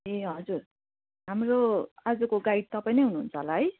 ए हजुर हाम्रो आजको गाइड तपाईँ नै हुनुहुन्छ होला है